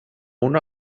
una